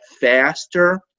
faster